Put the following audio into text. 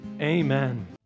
amen